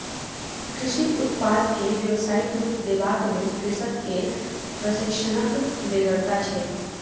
कृषि उत्पाद के व्यवसायिक रूप देबाक लेल कृषक के प्रशिक्षणक बेगरता छै